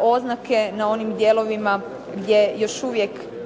oznake na onim dijelovima gdje još uvijek,